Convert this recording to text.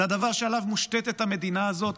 זה הדבר שעליו מושתתת המדינה הזאת,